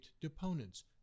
deponents